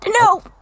No